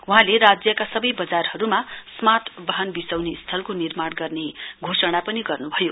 वहाँले राज्यका सबै वजारहरुमा स्मार्ट वाहन विसौनी स्थालको निर्माण गर्ने घोषणा पनि गर्न्भयो